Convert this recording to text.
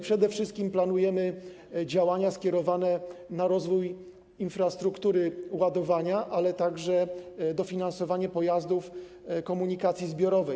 Przede wszystkim planujemy działania skierowane na rozwój infrastruktury ładowania, ale także dofinansowanie pojazdów komunikacji zbiorowej.